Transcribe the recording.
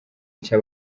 nshya